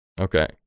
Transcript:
okay